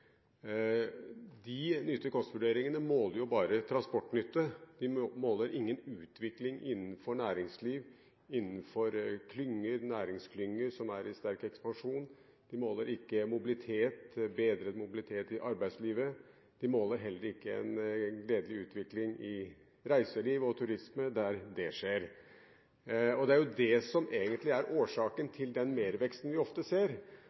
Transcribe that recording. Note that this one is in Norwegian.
De nytte–kost-vurderingene måler jo bare transportnytte. De måler ingen utvikling innenfor næringsliv, innenfor næringsklynger som er i sterk ekspansjon. De måler ikke bedret mobilitet i arbeidslivet, og de måler heller ikke en gledelig utvikling i reiseliv og turisme, der det skjer. Det er det som egentlig er årsaken til den merveksten vi ofte ser.